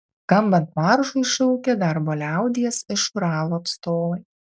skambant maršui šaukė darbo liaudies iš uralo atstovai